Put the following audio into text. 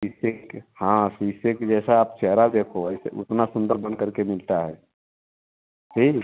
शीशे के हाँ शीशे के जैसा आप चेहरा देखो ऐसे उतना सुंदर बन करके मिलता है ठीक